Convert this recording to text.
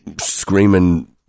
screaming